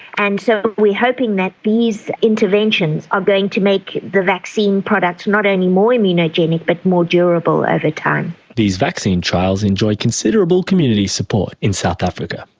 and so we are hoping that these interventions are going to make the vaccine products not only more immunogenic but more durable over time. these vaccine trials enjoy considerable community support in south africa.